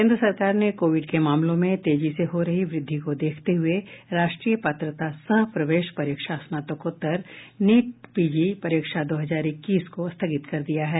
केन्द्र सरकार ने कोविड के मामलों में तेजी से हो रही वृद्धि को देखते हुए राष्ट्रीय पात्रता सह प्रवेश परीक्षा स्नातकोत्तर नीट पीजी परीक्षा दो हजार इक्कीस को स्थगित कर दिया है